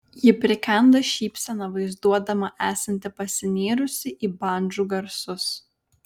ji prikanda šypseną vaizduodama esanti pasinėrusi į bandžų garsus